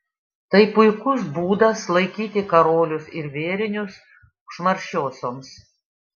tai puikus būdas laikyti karolius ir vėrinius užmaršiosioms